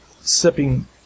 sipping